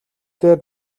дээр